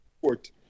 court